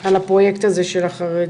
על הפרויקט הזה של החרדיות,